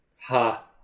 Ha